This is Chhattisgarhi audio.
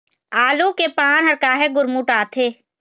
आलू के पान हर काहे गुरमुटाथे?